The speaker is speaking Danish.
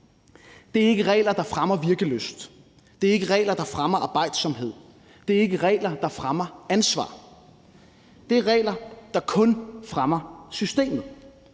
Det er ikke regler, der fremmer virkelyst, det er ikke regler, der fremmer arbejdsomhed, og det er ikke regler, der fremmer ansvar. Det er regler, der kun fremmer systemet,